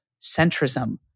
centrism